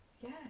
Yes